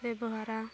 ᱵᱮᱵᱚᱦᱟᱨᱟ